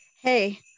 Hey